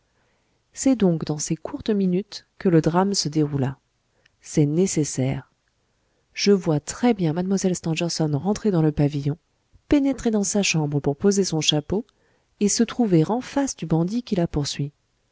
c'est donc dans ces courtes minutes que le drame se déroula c'est nécessaire je vois très bien mlle stangerson rentrer dans le pavillon pénétrer dans sa chambre pour poser son chapeau et se trouver en face du bandit qui la poursuit